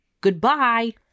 Goodbye